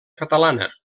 catalana